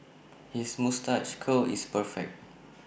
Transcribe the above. his moustache curl is perfect